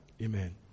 Amen